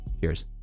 cheers